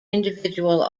individual